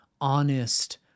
honest